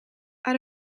out